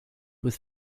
with